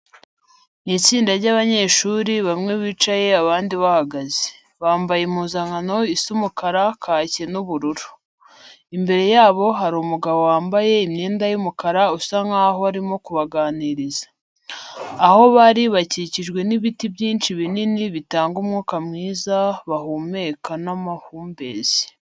Ni itsinda ry'abanyeshuri bamwe bicaye abandi bahagaze, bambaye impuzankano isa umukara, kake n'ubururu. Imbere yabo hari umugabo wambaye imyenda y'umukara usa nkaho arimo kubaganiriza. Ahantu bari hakikijwe n'ibiti byinshi binini bitanga umwuka mwiza bahumeka n'amahumbezi.